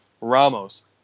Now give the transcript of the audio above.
Ramos